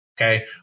okay